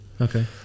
Okay